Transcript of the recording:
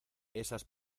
esas